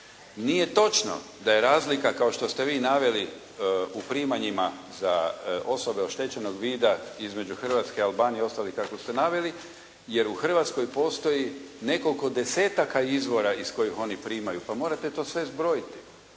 i ostalih kako ste naveli u primanjima za osobe oštećenog vida između Hrvatske i Albanije i ostalih kako ste naveli jer u Hrvatskoj postoji nekoliko desetaka izvora iz kojih oni primaju, pa morate to sve zbrojiti.